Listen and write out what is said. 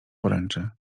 poręczy